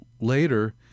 later